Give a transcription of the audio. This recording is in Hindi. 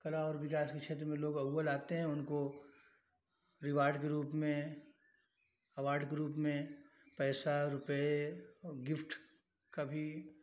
कला और विकास के क्षेत्र में लोग अव्वल आते हैं उनको रिवॉर्ड के रूप में अवॉर्ड के रूप में पैसा रुपये और गिफ़्ट की भी